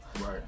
right